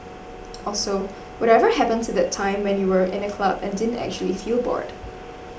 also whatever happened to the time when you were in a club and didn't actually feel bored